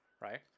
right